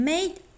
Made